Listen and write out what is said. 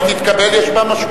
אם היא תתקבל, יש בה משמעות.